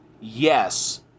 Yes